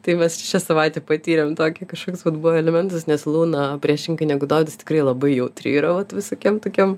tai va šią savaitę patyrėm tokį kažkoks vat buvo elementas nes luna priešingai negu dovydas tikrai labai jautri yra vat visokiem tokiem